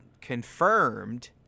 confirmed